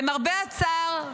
למרבה הצער,